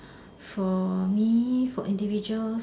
for me for individuals